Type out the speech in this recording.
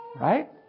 Right